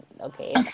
okay